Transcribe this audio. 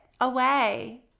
away